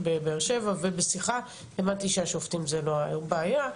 בבאר שבע ובשיחה הבנתי שהשופטים זה לא הבעיה,